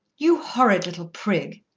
you horrid little prig!